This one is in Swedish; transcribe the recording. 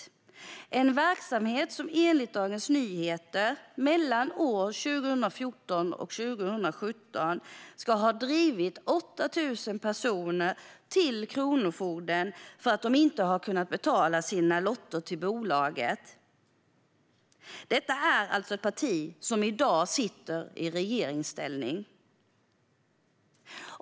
Det är en verksamhet som enligt Dagens Nyheter mellan åren 2014 och 2017 ska ha drivit 8 000 personer till kronofogden för att de inte har kunnat betala sina lotter till bolaget. Detta är alltså ett parti som i dag sitter i regeringsställning.